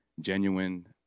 genuine